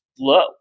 low